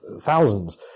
thousands